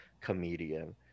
comedian